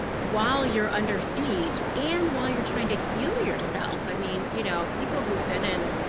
while you're under siege, and while you're trying to heal yourself. i mean, you know people who've been and